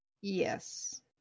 Yes